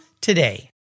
today